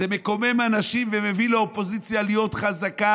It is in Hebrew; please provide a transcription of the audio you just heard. זה מקומם אנשים ומביא את האופוזיציה להיות חזקה